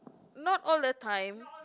not all the time